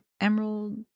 emerald